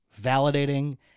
validating